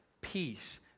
peace